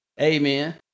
amen